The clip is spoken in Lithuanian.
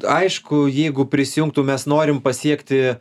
aišku jeigu prisijungtų mes norim pasiekti